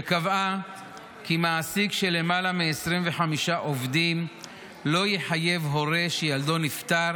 שקבעה כי מעסיק של למעלה מ-25 עובדים לא יחייב הורה שילדו נפטר